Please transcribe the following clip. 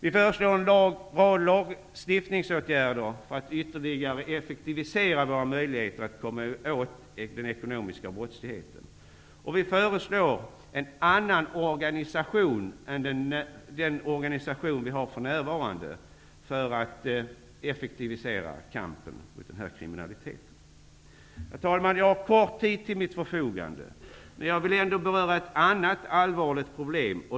Vi föreslår en rad lagstiftningsåtgärder för att ytterligare effektivisera våra möjligheter att komma åt den ekonomiska brottsligheten. Vi föreslår en annan organisation än den vi har för närvarande för att effektivisera kampen mot den här kriminaliteten. Herr talman! Jag har kort tid till mitt förfogande, men jag vill ändå beröra ett annat allvarligt problem.